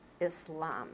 islam